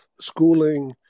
schooling